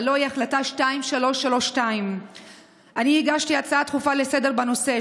הלוא היא החלטה 2332. אני הגשתי הצעה דחופה לסדר-היום בנושא.